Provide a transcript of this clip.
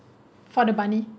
for the bunny